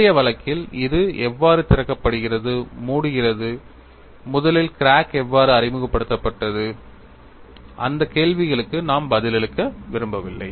முந்தைய வழக்கில் அது எவ்வாறு திறக்கப்படுகிறது மூடுகிறது முதலில் கிராக் எவ்வாறு அறிமுகப்படுத்தப்பட்டது அந்த கேள்விகளுக்கு நாம் பதிலளிக்க விரும்பவில்லை